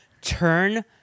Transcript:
turn